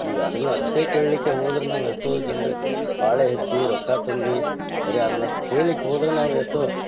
ಈಗ ಅದನ್ನು ಅಷ್ಟೇ ಕೇಳಲಿಕ್ಕೆ ಹೋದರೆ ನಾವು ಎಷ್ಟೋ ಜನ್ರು ಪಾಳಿ ಹಚ್ಚಿ ರೊಕ್ಕ ತುಂಬಿ ಬರೇ ಅದನ್ನು ಅಷ್ಟೇ ಕೇಳ್ಲಿಕ್ಕೆ ಹೋದರೆ ನಾವು ಎಷ್ಟೋ